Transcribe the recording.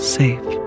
safe